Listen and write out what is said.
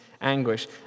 anguish